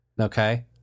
Okay